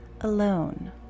alone